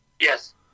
Yes